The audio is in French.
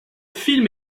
film